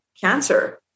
cancer